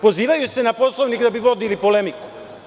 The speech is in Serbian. Pozivaju se na Poslovnik da bi vodili polemiku.